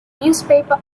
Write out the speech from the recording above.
newspaper